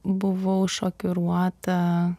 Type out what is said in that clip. buvau šokiruota